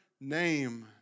name